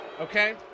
okay